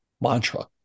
mantra